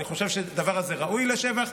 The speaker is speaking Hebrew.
אני חושב שהדבר הזה ראוי לשבח,